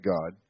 God